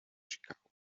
chicago